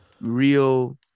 real